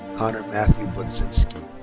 conner matthew budzinski.